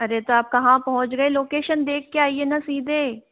अरे तो आप कहाँ पहुँच गए लोकेशन देख कर आईये न सीधे